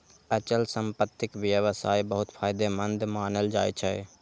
अचल संपत्तिक व्यवसाय बहुत फायदेमंद मानल जाइ छै